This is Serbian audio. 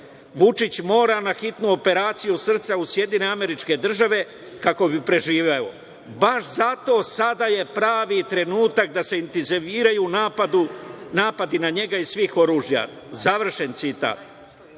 Vučić mora na hitnu operaciju srca u SAD, kako bi preživeo, baš zato sada je pravi trenutak da se intenziviraju napadi na njega i svih oružja. Završen citat.